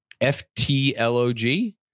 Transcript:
F-T-L-O-G